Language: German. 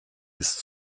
ist